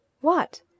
What